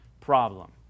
problem